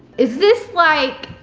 is this like